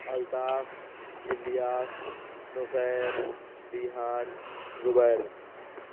Altaf Ilyas Naseer Rehan Zubair